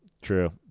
True